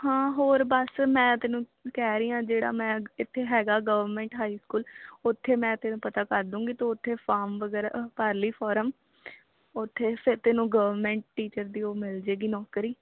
ਹਾਂ ਹੋਰ ਬਸ ਮੈਂ ਤੈਨੂੰ ਕਹਿ ਰਹੀ ਹਾਂ ਜਿਹੜਾ ਮੈਂ ਇੱਥੇ ਹੈਗਾ ਗਵਰਮੈਂਟ ਹਾਈ ਸਕੂਲ ਉੱਥੇ ਮੈਂ ਤੈਨੂੰ ਪਤਾ ਕਰ ਦਊਂਗੀ ਤੂੰ ਉੱਥੇ ਫਾਰਮ ਵਗੈਰਾ ਭਰ ਲਈ ਫੋਰਮ ਉੱਥੇ ਫਿਰ ਤੈਨੂੰ ਗਵਰਮੈਂਟ ਟੀਚਰ ਦੀ ਉਹ ਮਿਲ ਜਾਏਗੀ ਨੌਕਰੀ